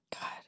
God